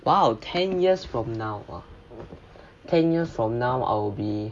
!wow! ten years from now ah ten years from now I will be